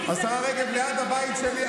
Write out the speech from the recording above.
ליד הבית שלי,